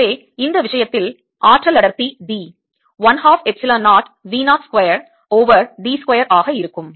எனவே இந்த விஷயத்தில் ஆற்றல் அடர்த்தி d 1 half epsilon 0 V 0 square over d square ஆக இருக்கும்